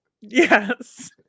Yes